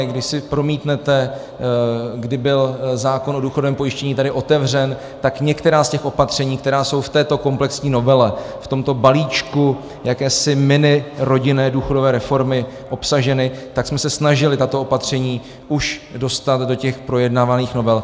Když si promítnete, kdy byl zákon o důchodovém pojištění tady otevřen, tak některá z těch opatření, která jsou v této komplexní novele, v tomto balíčku jakési minirodinné důchodové reformy obsažena, tak jsme se snažili tato opatření už dostat do těch projednávaných novel.